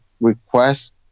request